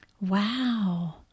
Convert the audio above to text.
Wow